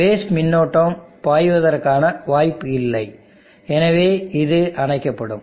base மின்னோட்டம் பாய்வதற்கான வாய்ப்பு இல்லை எனவே இது அணைக்கப்படும்